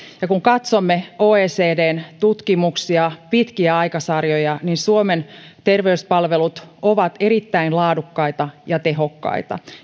ja kun katsomme oecdn tutkimuksia pitkiä aikasarjoja niin suomen terveyspalvelut ovat erittäin laadukkaita ja tehokkaita